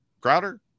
Crowder